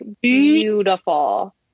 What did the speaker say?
beautiful